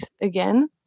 again